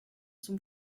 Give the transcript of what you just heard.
zum